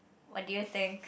what do you think